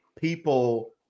people